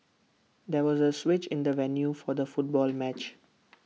there was A switch in the venue for the football match